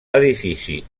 edifici